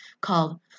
called